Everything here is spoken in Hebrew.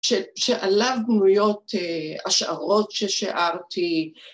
שעליו גמוריות השערות ששארתי